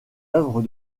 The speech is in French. œuvres